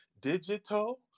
digital